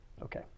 Okay